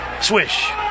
Swish